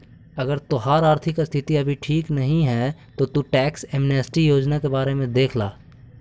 अगर तोहार आर्थिक स्थिति अभी ठीक नहीं है तो तु टैक्स एमनेस्टी योजना के बारे में देख ला